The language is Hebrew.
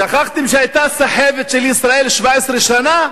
שכחתם שהיתה סחבת של ישראל 17 שנה?